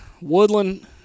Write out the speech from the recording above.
Woodland